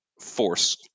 force